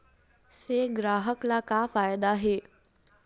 से ग्राहक ला का फ़ायदा हे?